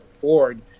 Ford